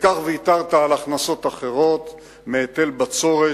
וכך ויתרת על הכנסות אחרות מהיטל בצורת,